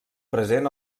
present